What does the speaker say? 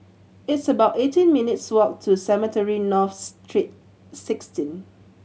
it's about eighteen minutes' walk to Cemetry North Street Sixteen